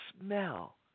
smell